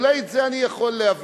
אולי את זה אני יכול להבין.